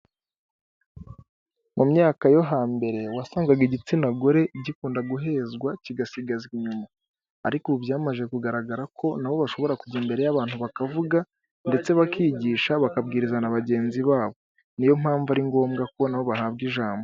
Mu myaka yo hambere wasangaga igitsina gore gikunda guhezwa kigasigazwa inyuma, ariko ubu byamaze kugaragara ko nabo bashobora kujya imbere y'abantu bakavuga ndetse bakigisha bakabwiriza na bagenzi babo niyo mpamvu ari ngombwa ko nabo bahabwa ijambo.